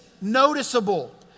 noticeable